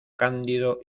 cándido